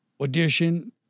Audition